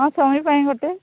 ହଁ ସ୍ୱାମୀ ପାଇଁ ଗୋଟେ